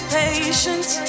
patience